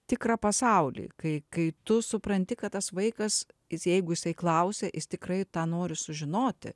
tikrą pasaulį kai kai tu supranti kad tas vaikas jis jeigu jisai klausia jis tikrai tą nori sužinoti